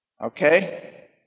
okay